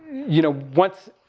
you know, once,